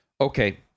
Okay